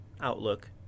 outlook